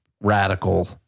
radical